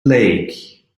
lake